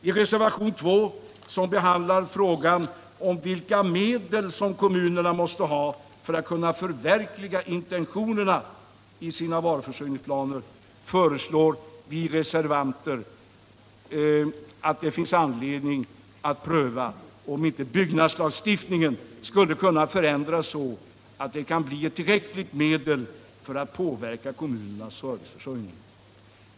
I reservationen 2, om vilka medel kommunerna måste ha för att kunna förverkliga intentionerna i sina varuförsörjningsplaner, påpekar vi att det finns anledning att pröva, om inte byggnadslagstiftningen skulle kunna förändras, så att den kan bli ett tillräckligt medel för att påverka kommunernas serviceförsörjning.